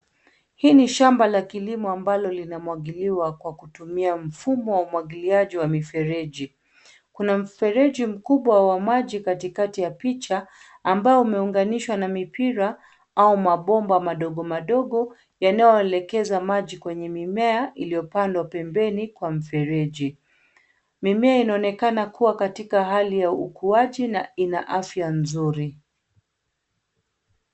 Hili ni shamba la kilimo ambalo linamwagiliwa kutumia mfumo wa umwagiliaji wa mifereji. Kuna mfereji mkubwa wa maji katikati ya picha ambao umeunganishwa na mpira au mabomba madogo madogo yanayo elekeza maji kwenye mimea iliyo pandwa pembeni kwa mfereji. Mimea inaonekana kuwa katika hali ya ukuaji na ina afya nzuri.